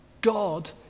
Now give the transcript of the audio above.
God